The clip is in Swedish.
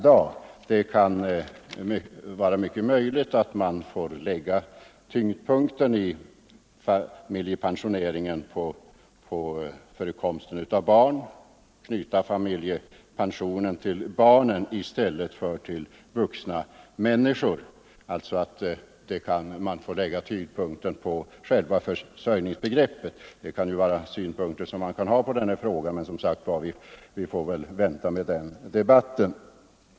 Det är möjligt att tyngdpunkten i pensioneringen i stället får läggas på förekomsten av barn, alltså att knyta familjepensionen till barnen i stället för till vuxna människor. Vi kanske med andra ord får lägga tyngdpunkten på själva försörjningsbegreppet. Sådana synpunkter kan man ha på denna fråga. Men vi får som sagt vänta med den debatten.